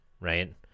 Right